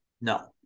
no